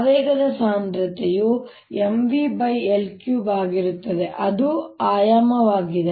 ಆವೇಗದ ಸಾಂದ್ರತೆಯು MvL3 ಆಗಿರುತ್ತದೆ ಅದು ಆಯಾಮವಾಗಿದೆ